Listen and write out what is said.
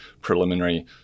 preliminary